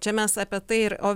čia mes apie tai ir o